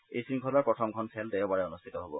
এই শংখলাৰ প্ৰথমখন খেল দেওবাৰে অনুষ্ঠিত হব